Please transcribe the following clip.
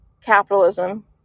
capitalism